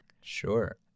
Sure